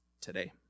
today